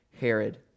Herod